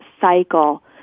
cycle